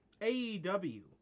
AEW